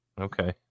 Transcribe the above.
Okay